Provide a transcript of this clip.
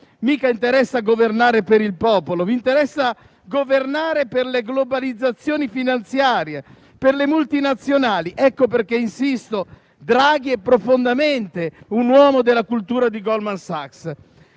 non interessa governare per il popolo; vi interessa governare per le globalizzazioni finanziarie, per le multinazionali. Ecco perché insisto: Draghi è profondamente un uomo della cultura di Goldman Sachs.